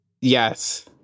yes